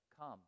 Come